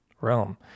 realm